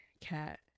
cat